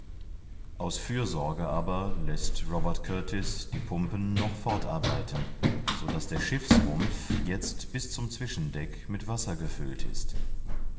aus fürsorge aber läßt robert kurtis die pumpen noch fortarbeiten so daß der schiffsrumpf jetzt bis zum zwischendeck mit wasser gefüllt ist